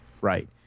Right